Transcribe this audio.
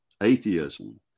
atheism